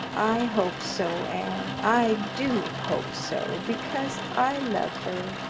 i hope so, anne. i do hope so, because i love her.